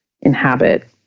inhabit